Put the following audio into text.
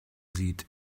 sieht